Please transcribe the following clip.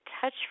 touch